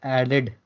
added